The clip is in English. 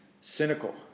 Cynical